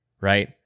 right